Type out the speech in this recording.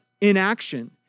inaction